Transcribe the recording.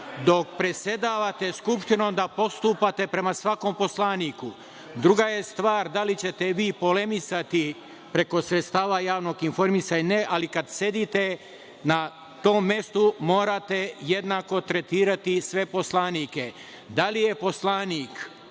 dok predsedavate Skupštinom, da postupate prema svakom poslaniku. Druga je stvar da li ćete vi polemisati preko sredstava javnog informisanja ili ne, ali kad sedite na tom mestu morate jednako tretirati sve poslanike. Da li je poslanik,